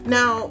Now